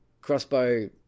crossbow